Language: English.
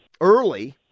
early